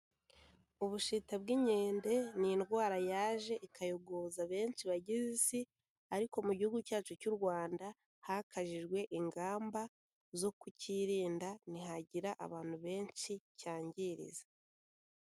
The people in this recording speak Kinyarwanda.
Ubushita bw'inkende, ni indwara yaje ikayogoza benshi bagize isi, ariko mu gihugu cyacu cy'u Rwanda, hakajijwe ingamba zo kukirinda, ntihagira abantu benshi cyangiriza.